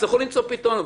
יצטרכו למצוא פתרון,